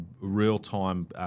real-time